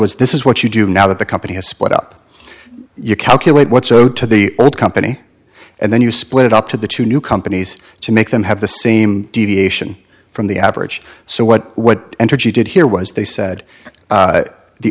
was this is what you do now that the company has split up you calculate what's owed to the company and then you split it up to the two new companies to make them have the same deviation from the average so what what entergy did here was they said